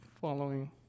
following